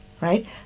right